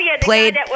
played